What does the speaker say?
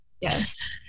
yes